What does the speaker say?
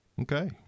okay